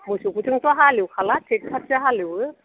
मोसौफोरजोंथ' हालेवखाला ट्रेक्ट'रजोंसो हालेवो